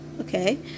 okay